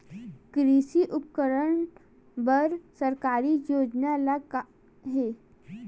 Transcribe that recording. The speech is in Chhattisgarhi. कृषि उपकरण बर सरकारी योजना का का हे?